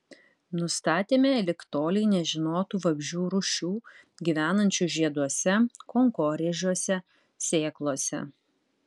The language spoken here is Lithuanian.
nustatėme lig tolei nežinotų vabzdžių rūšių gyvenančių žieduose kankorėžiuose sėklose